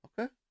Okay